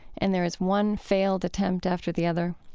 and there is one failed attempt after the other.